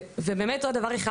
ובאמת עוד דבר אחד,